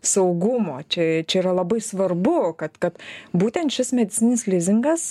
saugumo čia čia yra labai svarbu kad kad būtent šis medicinis lizingas